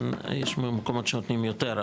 יש מקומות שנותנים יותר,